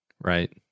Right